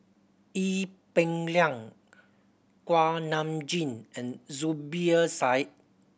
Ee Peng Liang Kuak Nam Jin and Zubir Said